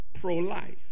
pro-life